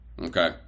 Okay